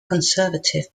conservative